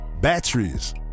batteries